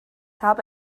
habe